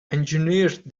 engineered